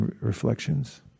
reflections